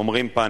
אומרים: פניקה.